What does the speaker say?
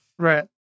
right